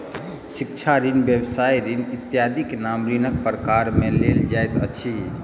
शिक्षा ऋण, व्यवसाय ऋण इत्यादिक नाम ऋणक प्रकार मे लेल जाइत अछि